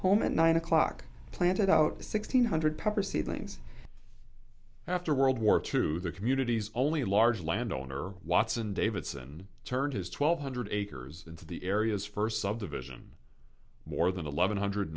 home at nine o'clock planted out sixteen hundred proceedings after world war two the communities only large land owner watson davidson turned his twelve hundred acres into the area's first subdivision more than eleven hundred